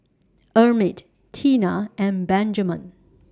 Emit Tina and Benjaman